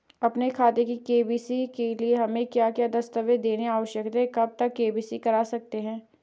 अपने खाते की के.वाई.सी के लिए हमें क्या क्या दस्तावेज़ देने आवश्यक होते हैं कब के.वाई.सी करा सकते हैं?